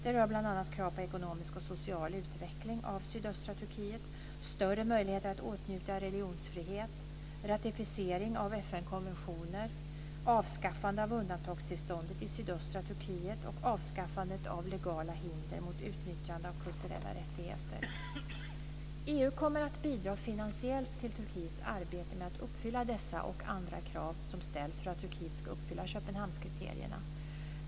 Det rör bl.a. krav på ekonomisk och social utveckling av sydöstra Turkiet, större möjligheter att åtnjuta religionsfrihet, ratificering av FN-konventioner, avskaffande av undantagstillståndet i sydöstra Turkiet och avskaffandet av legala hinder mot utnyttjande av kulturella rättigheter. EU kommer att bidra finansiellt till Turkiets arbete med att uppfylla dessa och andra krav som ställs för att Turkiet ska uppfylla Köpenhamnskriterierna.